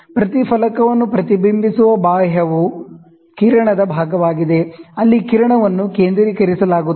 ಬಾಹ್ಯ ಪ್ರತಿಬಿಂಬವನ್ನು ಪ್ರತಿಬಿಂಬಿಸುವ ಪ್ರತಿಫಲಕವು ಎಲ್ಲ ಕಿರಣಗಳನ್ನು ಕೇಂದ್ರೀಕರಿಸುತ್ತದೆ